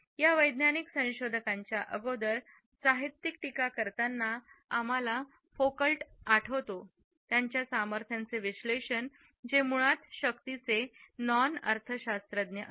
या वैज्ञानिक संशोधकांच्या अगोदर साहित्यिक टीका करताना आम्हाला फुकल्ट आठवते त्यांचे सामर्थ्यचे विश्लेषण जे मुळात शक्तीचे नॉन अर्थशास्त्रज्ञ असते